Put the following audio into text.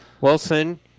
Wilson